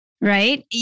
right